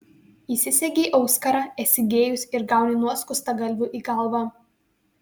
įsisegei auskarą esi gėjus ir gauni nuo skustagalvių į galvą